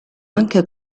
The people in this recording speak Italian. anche